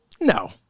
No